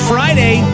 Friday